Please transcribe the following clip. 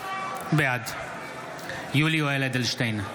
בעד יולי יואל אדלשטיין,